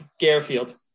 Garfield